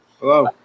Hello